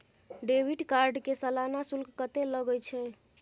Debit card के सालाना शुल्क कत्ते लगे छै?